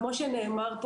כפי שנאמר,